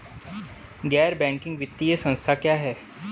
गैर बैंकिंग वित्तीय संस्था क्या है?